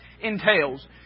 entails